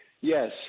Yes